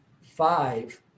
five